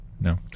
No